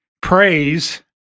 praise